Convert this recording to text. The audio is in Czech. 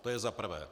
To je za prvé.